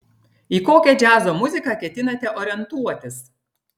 į kokią džiazo muziką ketinate orientuotis